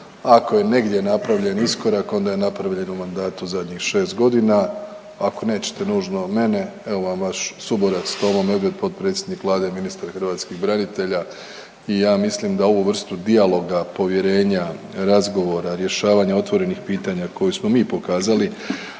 ako je negdje napravljen iskorak onda je napravljen u mandatu zadnjih 6.g., ako nećete nužno mene, evo vam vaš suborac Tomo Medved, potpredsjednik vlade i ministar hrvatskih branitelja i ja mislim da ovu vrstu dijaloga, povjerenja, razgovora, rješavanja otvorenih pitanja koju smo mi pokazali